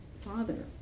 father